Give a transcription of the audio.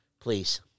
Please